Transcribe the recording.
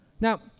Now